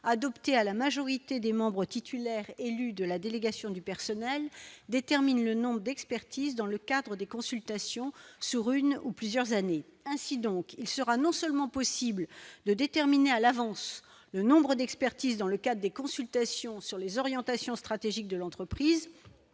adopté à la majorité des membres titulaires élus de la délégation du personnel détermine le nombre d'expertise dans le cadre des consultations sur une ou plusieurs années ainsi donc il sera non seulement possible de déterminer à l'avance le nombre d'expertise dans le cas des consultations sur les orientations stratégiques de l'entreprise,